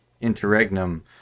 interregnum